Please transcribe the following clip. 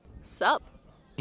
Sup